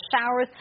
showers